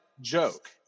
joke